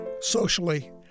socially